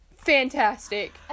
fantastic